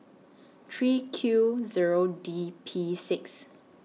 three Q Zero D P six